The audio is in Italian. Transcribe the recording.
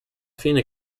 fine